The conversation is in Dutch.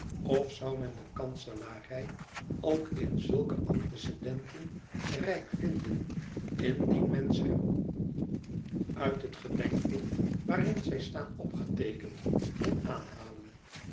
of zou men de kanselarij ook in zulke antecedenten rijk vinden indien men ze uit het gedenkboek waarin zij staan opgeteekend kon aanhalen